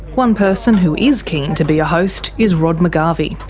one person who is keen to be a host is rod mcgarvie.